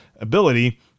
ability